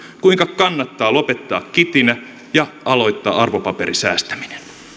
kuinka kannattaa lopettaa kitinä ja aloittaa arvopaperisäästäminen